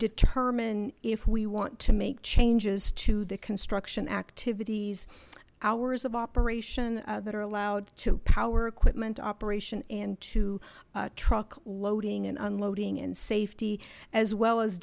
determine if we want to make changes to the construction activities hours of operation that are allowed to power equipment operation and to truck loading and unloading and safety as well as